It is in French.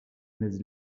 mais